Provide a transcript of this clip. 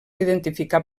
identificar